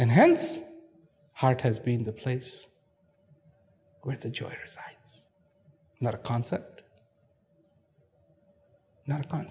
and hence heart has been the place with a joy not a concept not